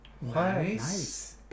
Nice